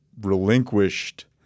relinquished